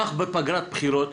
קח פגרת בחירות,